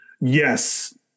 Yes